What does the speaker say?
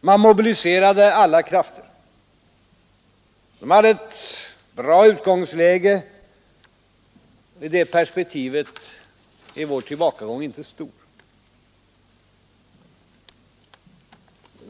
De mobiliserade alla krafter, de hade ett bra utgångsläge. I det perspektivet är vår tillbakagång inte stor.